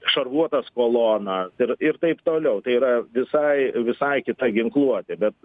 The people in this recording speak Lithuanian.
šarvuotas kolonas ir ir taip toliau tai yra visai visai kita ginkluotė bet